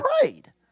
prayed